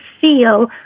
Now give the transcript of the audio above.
feel